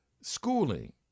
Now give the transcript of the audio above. schooling